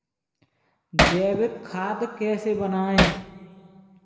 जैविक खाद कैसे बनाएँ?